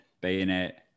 bayonet